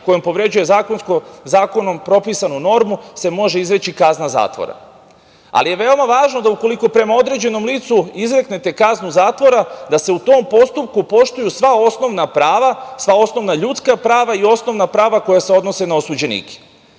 kojim povređuje zakonom propisanu normu se može izreći kazna zatvora. Ali je veoma važno da ukoliko prema određenom licu izreknete kaznu zatvora, da se u tom postupku poštuju sva osnovna prava, sva osnovna ljudska prava i osnovna prava koja se odnose na osuđenika,